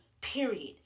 period